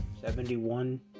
Seventy-one